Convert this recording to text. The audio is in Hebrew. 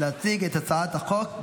להציג את הצעת החוק.